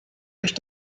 durch